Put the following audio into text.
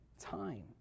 time